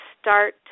start